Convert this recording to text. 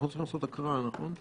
אנחנו צריכים לעשות הקראה, נכון?